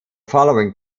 following